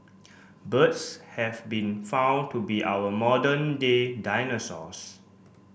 birds have been found to be our modern day dinosaurs